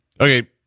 Okay